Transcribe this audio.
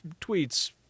tweets